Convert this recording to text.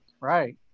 Right